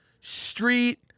Street